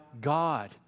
God